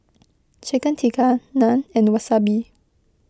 Chicken Tikka Naan and Wasabi